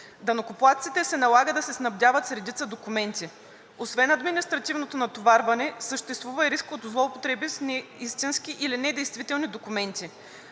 Данъкоплатците се налага да се снабдяват с редица документи. Освен административното натоварване съществува и риск от злоупотреби с неистински или недействителни документи.